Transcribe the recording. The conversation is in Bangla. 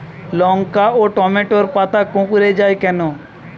লঙ্কা ও টমেটোর পাতা কুঁকড়ে য়ায় কেন?